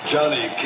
Johnny